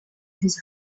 his